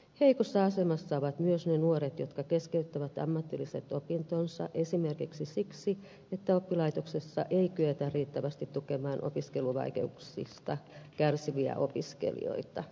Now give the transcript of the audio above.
heikossa asemassa ovat myös ne nuoret jotka keskeyttävät ammatilliset opintonsa esimerkiksi siksi että oppilaitoksessa ei kyetä riittävästi tukemaan opiskeluvaikeuksista kärsiviä opiskelijoita